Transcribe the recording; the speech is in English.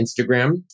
Instagram